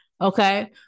okay